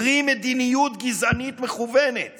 פרי מדיניות גזענית מכוונת